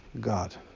God